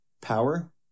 power